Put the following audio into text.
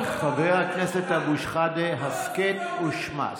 אדוני חבר הכנסת אבו שחאדה, הסכת ושמע.